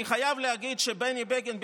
אני חייב להגיד שבני בגין,